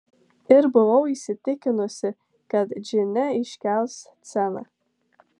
ir buvau įsitikinusi kad džine iškels sceną